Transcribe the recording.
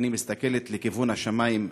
ואני מסתכלת לכיוון השמים,